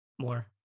More